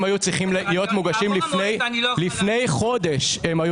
הם היו צריכים להיות מוגשים לפני חודש הם היו